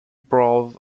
proud